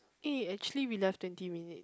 eh actually we left twenty minute